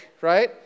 right